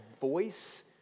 voice